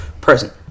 present